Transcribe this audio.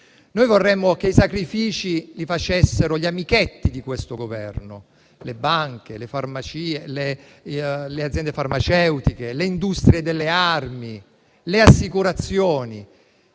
Noi vorremmo che i sacrifici li facessero gli amichetti di questo Governo: le banche, le aziende farmaceutiche, le industrie delle armi e le assicurazioni,